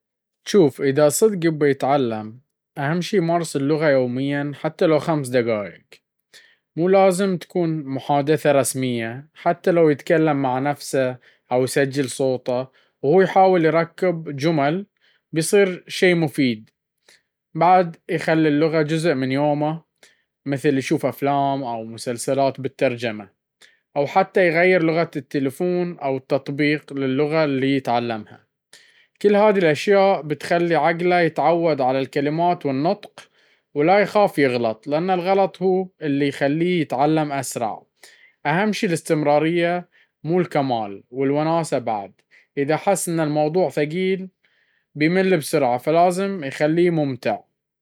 شوف، إذا صج يبي يتعلم، أهم شي يمارس اللغة يومياً حتى لو لخمس دقايق. مو لازم تكون محادثة رسمية، حتى لو يتكلم مع نفسه أو يسجل صوته وهو يحاول يركب جمل، بيصير شي مفيد. بعد، يخلي اللغة جزء من يومه، مثل يشوف أفلام أو مسلسلات بالترجمة، أو حتى يغير لغة التلفون أو التطبيقات للغة اللي يتعلمها. كل هالأشياء بتخلي عقله يتعود على الكلمات والنطق. ولا يخاف يغلط، لأن الغلط هو اللي يخليه يتعلم أسرع. أهم شي الاستمرارية، مو الكمال. والوناسة بعد، إذا حس إن الموضوع ثقيل، بيمل بسرعة، فلازم يخليه ممتع..